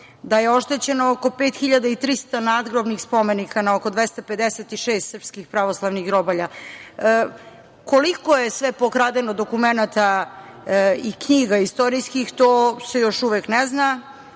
da je oštećeno oko 5.300 nadgrobnih spomenika na oko 256 srpskih pravoslavnih grobalja. Koliko je sve pokradeno dokumenata i knjiga istorijskih to se još uvek ne zna,